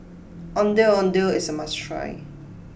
Ondeh Ondeh is a must try